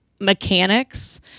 mechanics